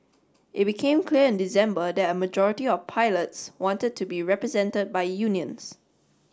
it became clear in December that a majority of pilots wanted to be represented by unions